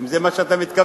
אם זה מה שאתה מתכוון.